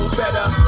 better